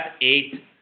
eight